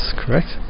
correct